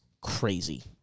crazy